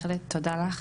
תודה לך,